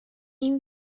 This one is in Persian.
این